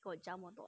我 jump 过